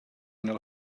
nella